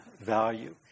value